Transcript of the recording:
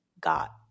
got